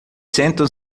sentam